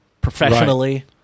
professionally